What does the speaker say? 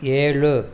ஏழு